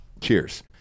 Cheers